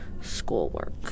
schoolwork